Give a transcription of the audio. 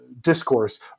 discourse